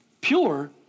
pure